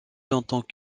longtemps